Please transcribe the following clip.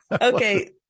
Okay